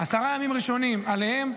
עשרה ימים ראשונים עליהם,